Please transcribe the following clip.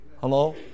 Hello